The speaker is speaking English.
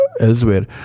Elsewhere